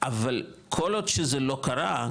אבל כל עוד שזה לא קרה,